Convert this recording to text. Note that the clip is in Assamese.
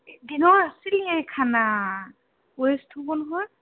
দিনৰ আছিলেই খানা ৱেষ্ট হ'ব নহয়